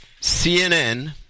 CNN